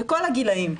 בכל הגילאים.